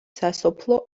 სასოფლო